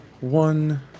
One